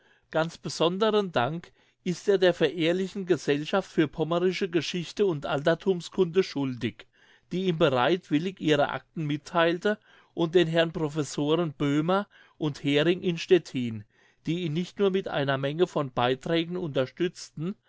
ganz besonderen dank ist er der verehrlichen gesellschaft für pommersche geschichte und alterthumskunde schuldig die ihm bereitwillig ihre acten mittheilte und den herren professoren böhmer und hering in stettin die ihn nicht nur mit einer menge von beiträgen unterstützten